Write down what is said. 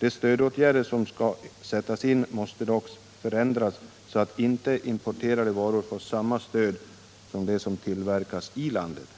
De stödåtgärder som skall sättas in måste dock förändras så att inte importerade varor får samma stöd som de som tillverkas i landet.